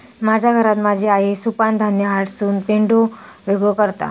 माझ्या घरात माझी आई सुपानं धान्य हासडून पेंढो वेगळो करता